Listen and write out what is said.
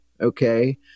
Okay